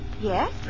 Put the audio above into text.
Yes